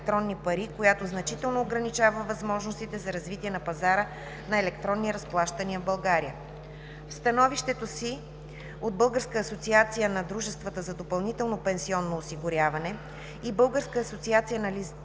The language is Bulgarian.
клиента от издателите на електронни пари, която значително ограничава възможностите за развитие на пазара на електронни разплащания в България“. В становищата си от Българска асоциация на дружествата за допълнително пенсионно осигуряване и Българска асоциация на